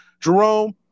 Jerome